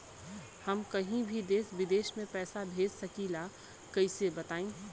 हम कहीं भी देश विदेश में पैसा भेज सकीला कईसे बताई?